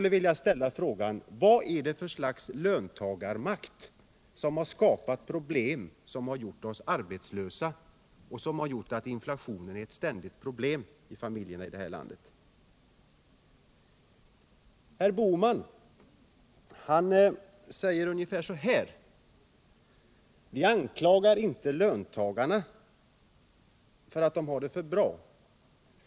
Vi anklagar inte löntagarna för att de har det för bra.